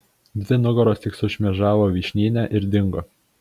dvi nugaros tik sušmėžavo vyšnyne ir dingo